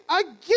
again